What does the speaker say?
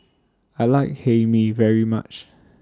I like Hae Mee very much